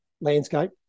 landscape